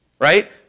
right